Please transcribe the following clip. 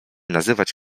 nazywać